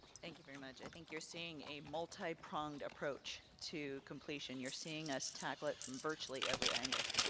thank you very much, i think you're seeing a multi-pronged approach to completion. you're seeing us tackle it from virtually every angle.